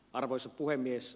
arvoisa puhemies